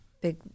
big